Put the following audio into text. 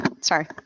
Sorry